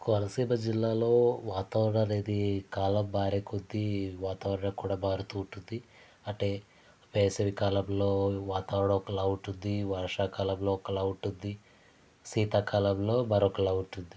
కోనసీమ జిల్లాలో వాతావరణం అనేది కాలం మారే కొద్ది వాతావరణం కూడా మారుతూ ఉంటుంది అంటే వేసవికాలంలో వాతావరణం ఒకలా ఉంటుంది ఈ వర్షాకాలంలో ఒకలా ఉంటుంది శీతాకాలంలో మరొకలా ఉంటుంది